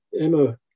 Emma